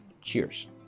Cheers